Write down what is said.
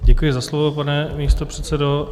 Děkuji za slovo, pane místopředsedo.